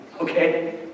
okay